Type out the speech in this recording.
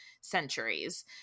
centuries